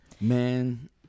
man